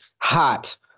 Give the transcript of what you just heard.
hot